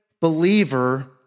believer